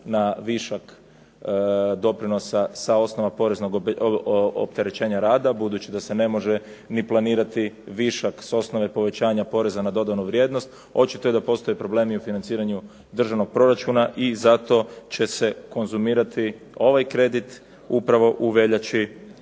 na višak doprinosa sa osnova poreznog opterećenja rada budući da se ne može ni planirati višak s osnove povećanja poreza na dodanu vrijednost očito je da postoje problemi u financiranju državnog proračuna i zato će se konzumirati ovaj kredit upravo u veljači